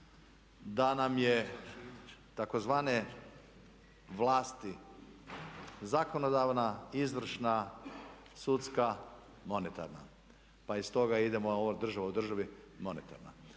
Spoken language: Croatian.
da nam je tzv. vlasti zakonodavna, izvršna, sudska, monetarna pa i stoga idemo ovo država u državi, monetarna.